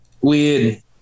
weird